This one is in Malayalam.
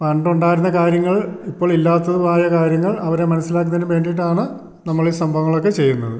പണ്ട് ഉണ്ടായിരുന്ന കാര്യങ്ങൾ ഇപ്പോൾ ഇല്ലാത്തതുമായ കാര്യങ്ങൾ അവരെ മനസ്സിലാക്കുന്നതിനും വേണ്ടീട്ടാണ് നമ്മൾ ഈ സംഭവങ്ങൾ ഒക്കെ ചെയ്യുന്നത്